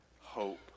hope